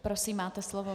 Prosím, máte slovo.